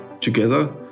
together